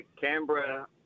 Canberra